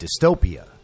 dystopia